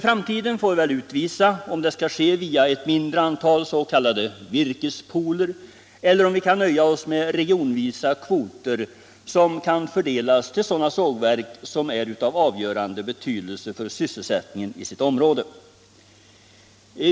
Framtiden får väl utvisa om det skall ske via ett mindre antal s.k. virkespooler, eller om vi kan nöja oss med regionvisa kvoter som kan fördelas till sådana sågverk som är av avgörande betydelse för sysselsättningen i sitt område.